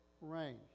rain